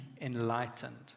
enlightened